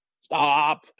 Stop